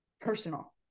personal